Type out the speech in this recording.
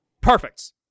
Perfect